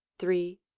three,